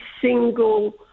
single